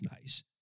nice